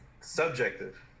subjective